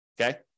okay